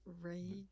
Rage